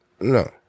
no